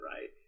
right